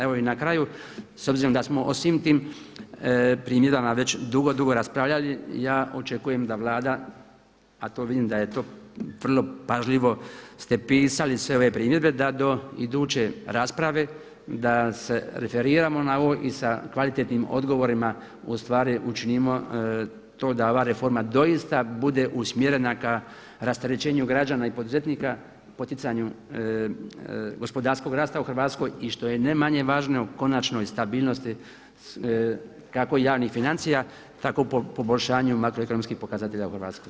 Evo i na kraju s obzirom da smo o svim tim primjedbama već dugo, dugo raspravljali ja očekujem da Vlada, a to vidim da je to vrlo pažljivo ste pisali sve ove primjedbe da do iduće rasprave, da se referiramo na ovo i sa kvalitetnim odgovorima u stvari učinimo to da ova reforma doista bude usmjerena ka rasterećenju građana i poduzetnika poticanju gospodarskog rasta u Hrvatskoj i što je ne manje važno konačnoj stabilnosti kako javnih financija, tako poboljšanju makro ekonomskih pokazatelja u Hrvatskoj.